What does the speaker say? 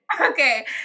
Okay